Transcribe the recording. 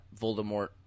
Voldemort